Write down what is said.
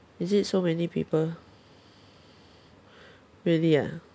is it so many people really ah